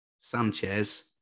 Sanchez